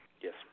Yes